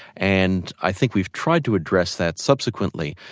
and i think we've tried to address that subsequently,